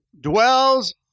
dwells